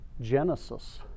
Genesis